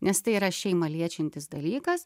nes tai yra šeimą liečiantis dalykas